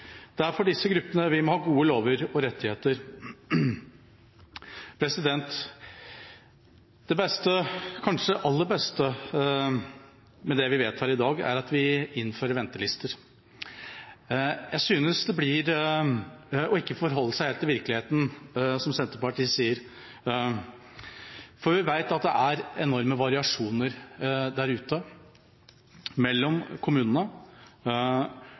Det er for disse gruppene vi må ha gode lover og rettigheter. Det kanskje aller beste med det vi vedtar i dag, er at vi innfører ventelister. Jeg synes det blir å ikke forholde seg helt til virkeligheten, det som Senterpartiet sier, for vi vet at det er enorme variasjoner mellom kommunene.